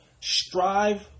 Strive